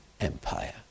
Empire